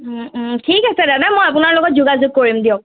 ঠিক আছে দাদা মই আপোনাৰ লগত যোগাযোগ কৰিম দিয়ক